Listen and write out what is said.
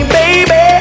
baby